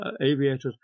aviators